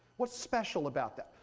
what's special about that?